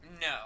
no